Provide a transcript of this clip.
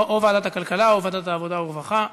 או ועדת הכלכלה או ועדת העבודה והרווחה.